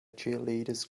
cheerleaders